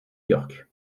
york